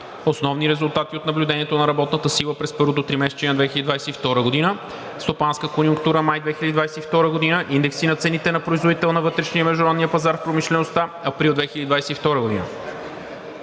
основни резултати от наблюдението на работната сила през първото тримесечие на 2022 г.; стопанска конюнктура – май 2022 г.; индекси на цените на производител на вътрешния и международния пазар в промишлеността – април 2022 г.